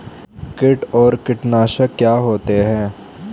कीट और कीटनाशक क्या होते हैं?